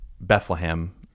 Bethlehem